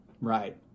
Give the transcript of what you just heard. Right